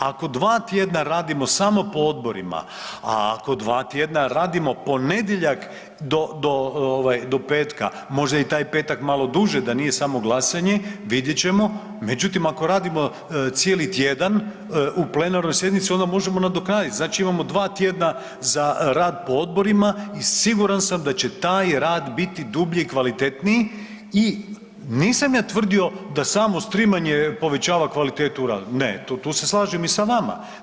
Ako 2 tjedna radimo samo po odborima, a ako 2 tjedna radimo ponedjeljak do petka, možda i taj petak malo duže da nije samo glasanje, vidjet ćemo, međutim ako radimo cijeli tjedan u plenarnoj sjednici onda možemo nadoknaditi znači imamo 2 tjedna za rad po odborima i siguran sam da će taj rad biti dublji i kvalitetniji i nisam ja tvrdio da samo streamanje povećava kvalitetu rada, ne tu se slažem i sa vama.